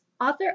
author